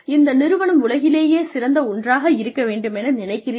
இந்த நிறுவனம் உலகிலேயே சிறந்த ஒன்றாக இருக்க வேண்டுமென நினைக்கிறீர்கள்